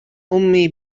أمي